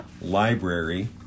library